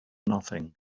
nothing